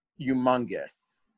humongous